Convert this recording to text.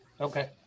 Okay